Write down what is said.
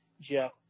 Jeff